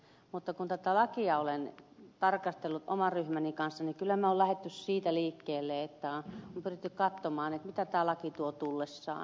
mutta kun tätä lakia olen tarkastellut oman ryhmäni kanssa niin kyllä me olemme lähteneet siitä liikkeelle että on pyritty katsomaan mitä tämä laki tuo tullessaan